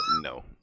no